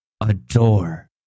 adore